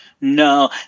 no